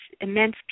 immense